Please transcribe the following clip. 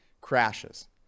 crashes